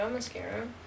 mascara